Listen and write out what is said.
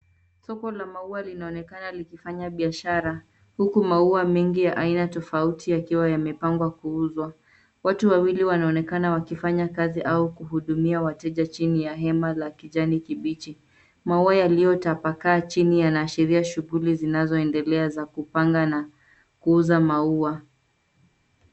Soko la maua linaonekana likifanya biashara, huku maua mengi ya aina tofauti yakiwa yamepangwa kuuzwa. Watu wawili wanaonekana wakifanya kazi au kuhudumia wateja chini ya hema la kijani kibichi. Maua yaliyotapakaa chini yanaashiria shughuli zinazoendelea za kupanga na kuuza maua.